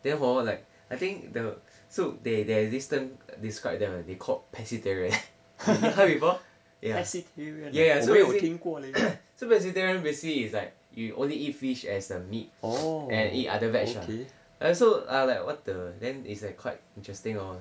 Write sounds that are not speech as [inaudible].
then hor like I think the so they they have this term describe them I think they called pescatarian you heard before ya ya ya so basically [coughs] so pescatarian basically is like you only eat fish as the meat and eat other veg lah ya so I like what the then it's like quite interesting lor